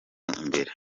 imbere